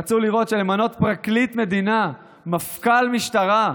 רצו לראות שלמנות פרקליט מדינה, מפכ"ל משטרה,